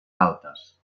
altes